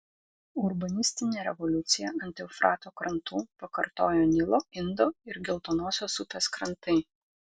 urbanistinę revoliuciją ant eufrato krantų pakartojo nilo indo ir geltonosios upės krantai